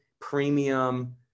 premium